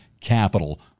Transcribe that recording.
capital